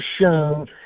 shown